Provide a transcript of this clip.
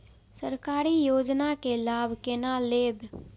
सरकारी योजना के लाभ केना लेब?